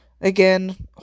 again